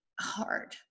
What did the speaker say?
hard